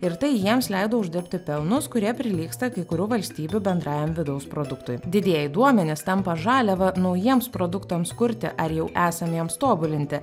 ir tai jiems leido uždirbti pelnus kurie prilygsta kai kurių valstybių bendrajam vidaus produktui didieji duomenys tampa žaliava naujiems produktams kurti ar jau esamiems tobulinti